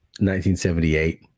1978